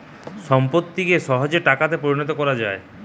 সম্পত্তিকে সহজে টাকাতে পরিণত কোরা যায়